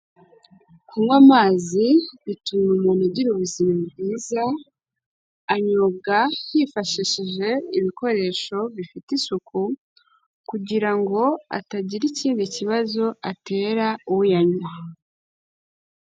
Kunywa amazi bituma umuntu ugira ubuzima bwiza, anyobwa yifashishije ibikoresho bifite isuku kugira ngo atagira ikindi kibazo atera uyanywa.